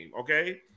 okay